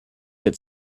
get